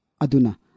Aduna